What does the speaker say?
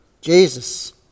Jesus